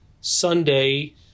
Sunday